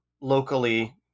locally